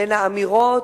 בין האמירות,